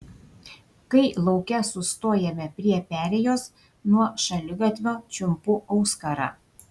kai lauke sustojame prie perėjos nuo šaligatvio čiumpu auskarą